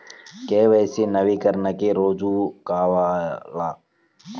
KYC నవీకరణకి రుజువు కావాలా?